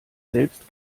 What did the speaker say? selbst